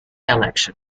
election